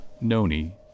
Noni